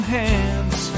hands